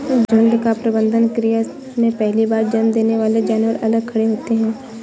झुंड का प्रबंधन क्रिया में पहली बार जन्म देने वाले जानवर अलग खड़े होते हैं